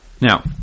now